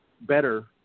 better